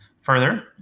further